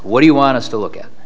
what do you want us to look